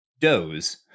Doze